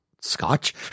scotch